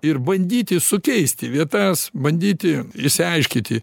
ir bandyti sukeisti vietas bandyti išsiaiškyti